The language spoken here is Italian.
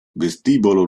vestibolo